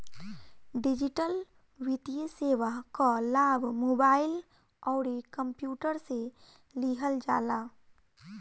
digital वित्तीय सेवा कअ लाभ मोबाइल अउरी कंप्यूटर से लिहल जाला